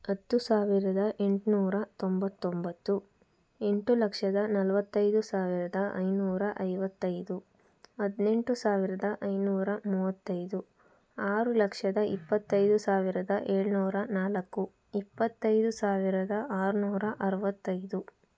ಹತ್ತು ಸಾವಿರದ ಎಂಟುನೂರ ತೊಂಬತ್ತೊಂಬತ್ತು ಎಂಟು ಲಕ್ಷದ ನಲವತ್ತೈದು ಸಾವಿರದ ಐನೂರ ಐವತ್ತೈದು ಹದಿನೆಂಟು ಸಾವಿರದ ಐನೂರ ಮೂವತ್ತೈದು ಆರು ಲಕ್ಷದ ಇಪ್ಪತ್ತೈದು ಸಾವಿರದ ಏಳುನೂರ ನಾಲ್ಕು ಇಪ್ಪತ್ತೈದು ಸಾವಿರದ ಆರುನೂರ ಅರವತ್ತೈದು